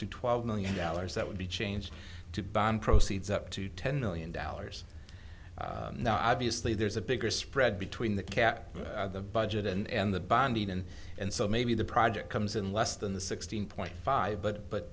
to twelve million dollars that would be changed to ban proceeds up to ten million dollars now obviously there's a bigger spread between the cap the budget and the bonding and and so maybe the project comes in less than the sixteen point five but but